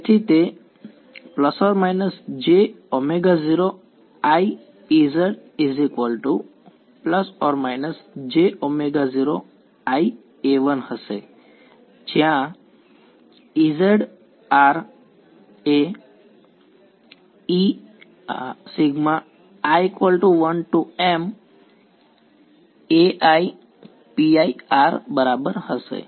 તેથી તે j0lEzj0la1 હશે જ્યાં Ezi1maipi